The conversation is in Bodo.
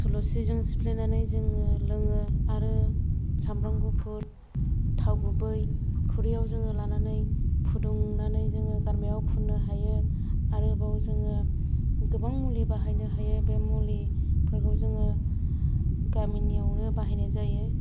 थुलुंसिजों सिफ्लेनानै जोङो लोङो आरो सामब्राम गुफुर थाव गुबै खुरैआव जोङो लानानै फुदुंनानै जोङो गारामायाव फुननो हायो आरोबाव जोङो गोबां मुलि बाहायनो हायो बे मुलिफोरखौ जोङो गामिनियावनो बाहायनाय जायो